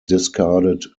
discarded